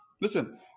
Listen